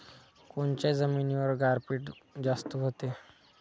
कोनच्या जमिनीवर गारपीट जास्त व्हते?